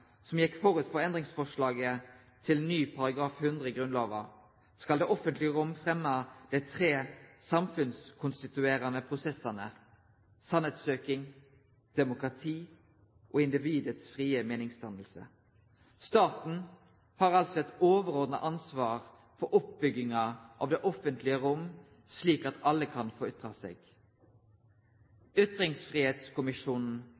som kom før endringsforslaget til ny § 100 i Grunnlova, skal det offentlege rom fremje dei tre samfunnskonstituerande prosessane sanningssøking, demokrati og individets frie meiningsdanning. Staten har altså eit overordna ansvar for oppbygginga av det offentlege rom, slik at alle kan få